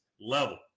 level